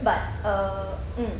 but err mm